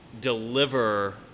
deliver